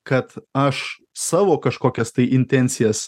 kad aš savo kažkokias tai intencijas